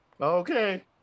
Okay